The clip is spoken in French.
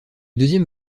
deuxième